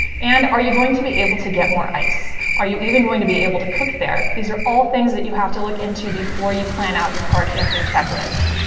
and are you going to be able to get more ice? are you even going to be able to cook there? these are all things that you have to look into before you plan out your car camping checklist.